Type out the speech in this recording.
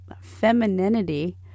femininity